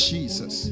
Jesus